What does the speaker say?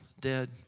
dead